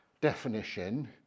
definition